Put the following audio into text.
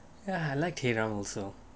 ya I like Hey Ram also